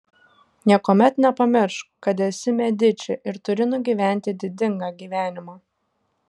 niekuomet nepamiršk kad esi mediči ir turi nugyventi didingą gyvenimą